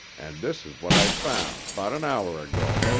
and this is what i found about an hour ago.